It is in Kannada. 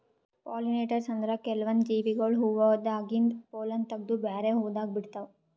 ಪೊಲಿನೇಟರ್ಸ್ ಅಂದ್ರ ಕೆಲ್ವನ್ದ್ ಜೀವಿಗೊಳ್ ಹೂವಾದಾಗಿಂದ್ ಪೊಲ್ಲನ್ ತಗದು ಬ್ಯಾರೆ ಹೂವಾದಾಗ ಬಿಡ್ತಾವ್